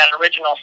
original